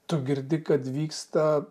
tu girdi kad vyksta